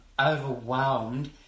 overwhelmed